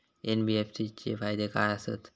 NBFC चे फायदे खाय आसत?